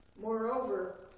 Moreover